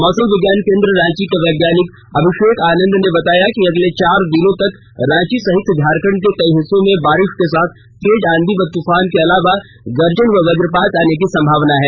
मौसम विज्ञान केंद्र रांची के वैज्ञानिक अभिषेक आनंद ने बताया कि अगले चार दिनों तक रांची सहित झारखंड के कई हिस्सों में बारिश के साथ तेज आंधी व तूफान के अलावे गर्जन व वज्रपात आने की संभावना है